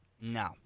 No